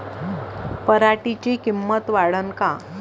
पराटीची किंमत वाढन का?